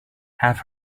have